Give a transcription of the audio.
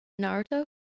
Naruto